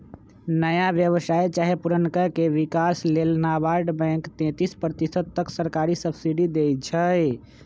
नया व्यवसाय चाहे पुरनका के विकास लेल नाबार्ड बैंक तेतिस प्रतिशत तक सरकारी सब्सिडी देइ छइ